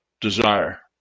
desire